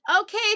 Okay